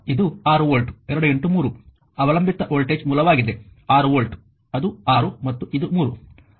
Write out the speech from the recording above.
ಆದ್ದರಿಂದ ಇದು 6 ವೋಲ್ಟ್ 2 3 ಅವಲಂಬಿತ ವೋಲ್ಟೇಜ್ ಮೂಲವಾಗಿದೆ6 ವೋಲ್ಟ್ ಅದು 6 ಮತ್ತು ಇದು 3